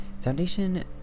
foundation